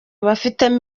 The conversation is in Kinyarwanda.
bafitemo